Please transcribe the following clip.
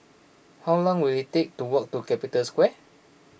how long will it take to walk to Capital Square